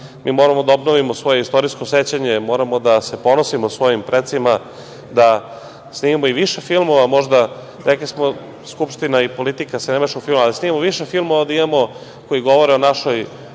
moramo da obnovimo svoje istorijsko sećanje, moramo da se ponosimo svojim precima, da snimimo i više filmova, rekli smo da se Skupština i politika ne meša u filmove, ali da snimimo više filmova koji govore o našoj